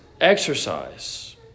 exercise